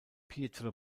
pietro